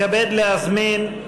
לנושאים אסטרטגיים,